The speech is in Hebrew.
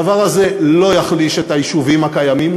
הדבר הזה לא יחליש את היישובים הקיימים,